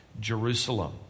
Jerusalem